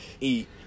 eat